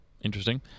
Interesting